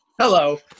Hello